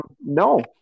no